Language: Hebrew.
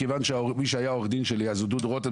אבל מי שהיה עורך הדין שלי אז היה דודו רותם